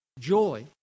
joy